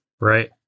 Right